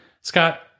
Scott